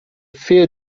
few